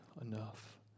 enough